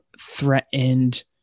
threatened